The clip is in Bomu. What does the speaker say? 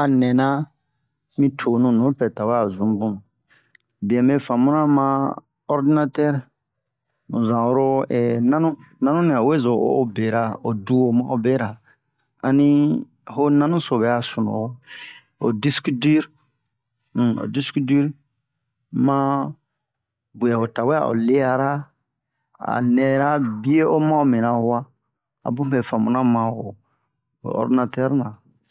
a nɛna mi tonu nupɛ tawɛ a zun bun biɛ me famuna ma ordinatɛr mu zan oro nanu nanunɛ o we zo o o'o bera o du'o ma'o bera ani ho nanu so bɛ'a sunuwo o disk-dir um o disk-dir ma biɛ o tawɛ a'o le'ara a nɛra bio o ma'o mina huwa a bun mɛ famuna ma ho ho ordinatɛr na